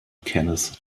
kenneth